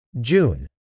June